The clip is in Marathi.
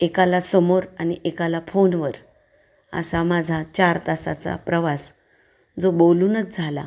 एकाला समोर आणि एकाला फोनवर असा माझा चार तासाचा प्रवास जो बोलूनच झाला